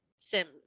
Sim